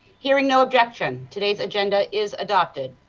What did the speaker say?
hearing no objection, today's agenda is adopted.